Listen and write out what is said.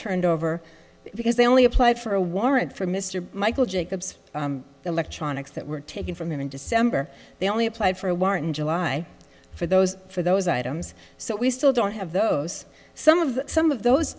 turned over because they only applied for a warrant from mr michael jacobs electronics that were taken from him in december they only apply for a warrant july for those for those items so we still don't have those some of the some of those